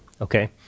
Okay